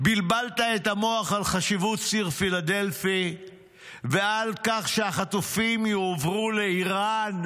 בלבלת את המוח על חשיבות ציר פילדלפי ועל כך שהחטופים יועברו לאיראן,